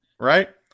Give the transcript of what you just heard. right